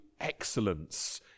excellence